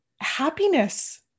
happiness